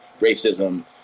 racism